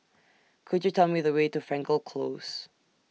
Could YOU Tell Me The Way to Frankel Close